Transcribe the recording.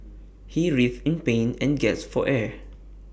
he writhed in pain and gasped for air